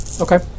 Okay